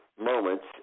moments